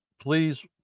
please